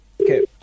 Okay